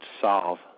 solve